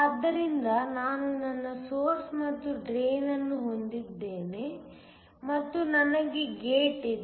ಆದ್ದರಿಂದ ನಾನು ನನ್ನ ಸೊರ್ಸ್ ಮತ್ತು ಡ್ರೈನ್ ಅನ್ನು ಹೊಂದಿದ್ದೇನೆ ಮತ್ತು ನನಗೆ ಗೇಟ್ ಇದೆ